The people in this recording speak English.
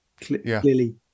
clearly